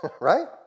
right